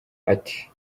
ati